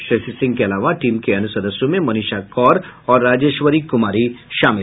श्रेयसी सिंह के अलावा टीम के अन्य सदस्यों में मनीषा कीर और राजेश्वरी कुमारी थी